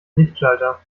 lichtschalter